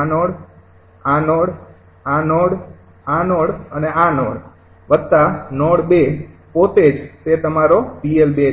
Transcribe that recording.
આ નોડ આ નોડ આ નોડ આ નોડ અને આ નોડ વત્તા નોડ ૨ પોતે જ તે તમારો 𝑃𝐿૨ છે